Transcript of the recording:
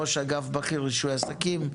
ראש אגף בכיר רישוי עסקים,